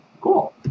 Cool